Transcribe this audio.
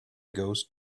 ghost